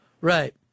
Right